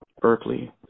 Berkeley